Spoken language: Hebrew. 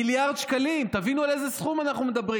מיליארד שקלים, תבינו על איזה סכום אנחנו מדברים.